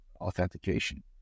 authentication